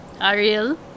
Ariel